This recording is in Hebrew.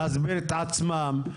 להסביר את עצמם,